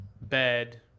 bed